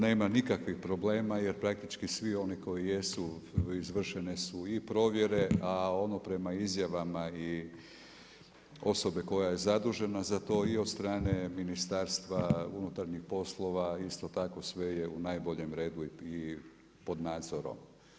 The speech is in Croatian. Nema nikakvih problema, jer praktički svi oni koji jesu, izvršene su i promjene, a ono prema izjavama i osobe koje je zadužena za to i od strane Ministarstva unutarnjih poslova, isto tako sve je u najboljem redu i pod nadzorom.